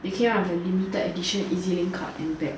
they came up with a limited edition E_Z link card and bag